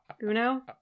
Uno